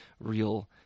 real